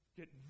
get